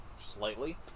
Slightly